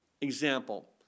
Example